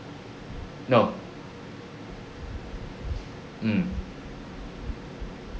no mm